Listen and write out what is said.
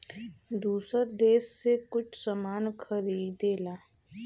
दूसर देस से कुछ सामान खरीदेला